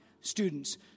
students